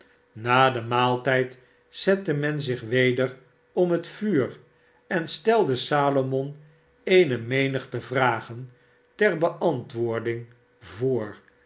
na den maaltijd zette men zich weder om het vuur en stelde salomon eene menigte vragen ter beantwoording voor